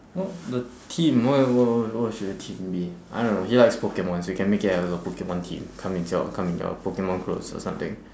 well the theme what what what what should the theme be I don't know he likes pokemon so you can make it as a pokemon theme come himself or come in your pokemon clothes or something